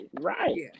right